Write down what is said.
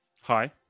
Hi